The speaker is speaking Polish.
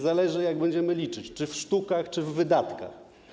Zależy, jak będziemy liczyć - czy w sztukach, czy w wydatkach.